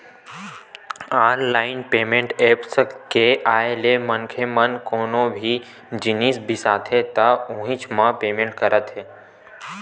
online payment apps के आए ले मनखे मन कोनो भी जिनिस बिसाथे त उहींच म पेमेंट करत हे